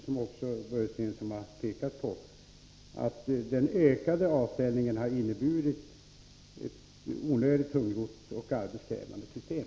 Som också Börje Stensson påpekat har den ökade avställningen inneburit ett onödigt tungrott och arbetskrävande system.